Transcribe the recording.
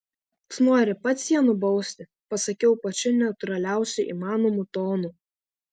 tu nori pats ją nubausti pasakiau pačiu neutraliausiu įmanomu tonu